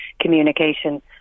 communication